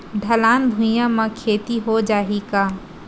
ढलान भुइयां म खेती हो जाही का?